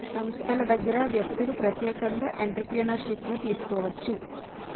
సంస్థల దగ్గర వ్యక్తులు ప్రత్యేకంగా ఎంటర్ప్రిన్యూర్షిప్ను తీసుకోవచ్చు